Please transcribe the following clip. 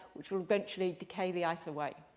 which will eventually decay the ice away.